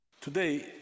today